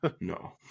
no